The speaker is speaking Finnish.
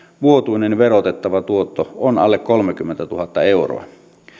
vuotuinen verotettava tuotto on alle kolmekymmentätuhatta euroa